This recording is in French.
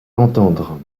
l’entendre